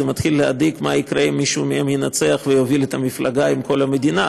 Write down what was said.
מתחיל להדאיג מה יקרה אם מישהו מהם ינצח ויוביל את המפלגה עם כל המדינה,